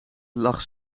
lag